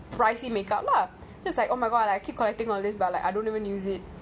pricey makeup lah just like oh my god I keep collecting but like I don't even use it